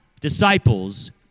disciples